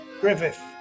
Griffith